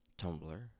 Tumblr